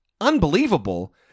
unbelievable